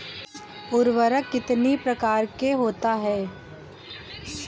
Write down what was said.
उर्वरक कितनी प्रकार के होता हैं?